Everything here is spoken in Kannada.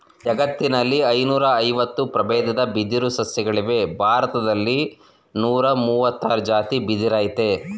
ಜಗತ್ತಿನಲ್ಲಿ ಐನೂರಐವತ್ತು ಪ್ರಬೇದ ಬಿದಿರು ಸಸ್ಯಗಳಿವೆ ಭಾರತ್ದಲ್ಲಿ ನೂರಮುವತ್ತಾರ್ ಜಾತಿ ಬಿದಿರಯ್ತೆ